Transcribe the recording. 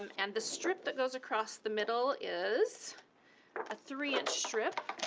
um and the strip that goes across the middle is a three and strip.